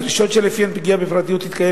הדרישות שלפיהן פגיעה בפרטיות תתקיים